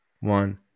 one